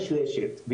יש רשת,